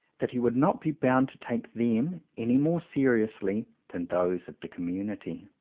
that he would not be bound to take them any more serious ly than those of the community.